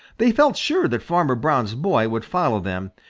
they felt sure that farmer brown's boy would follow them,